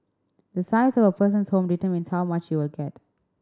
the size of a person's home determines how much he will get